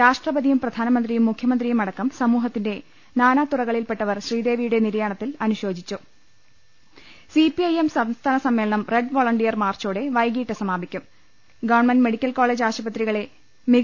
രാഷ്ട്രപതിയും പ്രധാനമന്ത്രിയും മുഖ്യമന്ത്രിയുമടക്കം സമൂഹത്തിന്റെ നാനാതുറകളിൽപ്പെട്ടവർ ശ്രീദേവിയുടെ നിര്യാണത്തിൽ അനുശോചിച്ചു സി പി ഐ എം സംസ്ഥാനസമ്മേളനം റെഡ് വോളന്റി യർ മാർച്ചോടെ വൈകീട്ട് സമാപിക്കും ഗവൺമെന്റ് മെഡിക്കൽ കോളജ് ആശുപത്രികളെ മിക